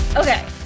Okay